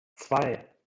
zwei